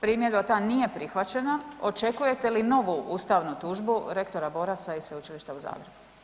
Primjedba ta nije prihvaćena, očekujete li novu ustavnu tužbu rektora Borasa i Sveučilišta u Zagrebu?